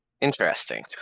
interesting